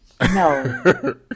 No